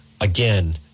again